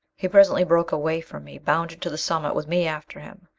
he presently broke away from me, bounded to the summit with me after him.